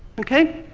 okay.